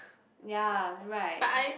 ya right